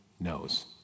knows